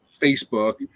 Facebook